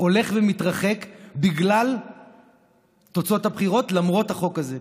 הולך ומתרחק בגלל תוצאות הבחירות, למרות החוק הזה.